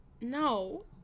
No